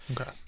Okay